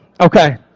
okay